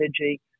energy